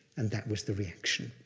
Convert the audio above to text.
and that was the reaction.